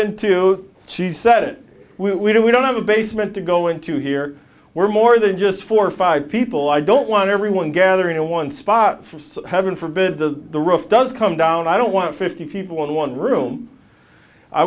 into she said it we don't we don't have a basement to go into here were more than just four or five people i don't want everyone gathering in one spot for heaven forbid the roof does come down i don't want fifty people in one room i